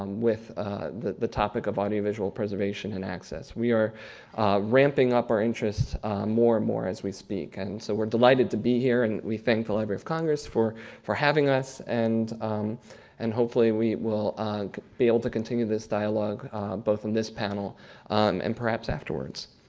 um with the the topic of audiovisual preservation and access. we are ramping up our interest more and more as we speak. and so we're delighted to be here and we thank the library of congress for for having us and and hopefully we will be able to continue this dialogue both in this panel um and perhaps afterwards.